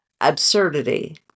absurdity